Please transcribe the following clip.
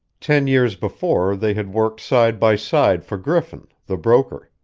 ten years before they had worked side by side for griffin, the broker.